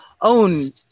own